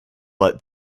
but